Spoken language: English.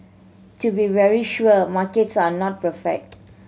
to be very sure markets are not perfect